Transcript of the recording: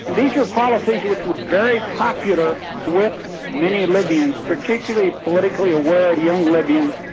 and these were policies which were very popular with many libyans, particularly politically aware young libyans,